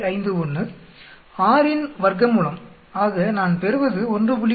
51 6இன் வர்க்கமூலம் ஆக நான் பெறுவது 1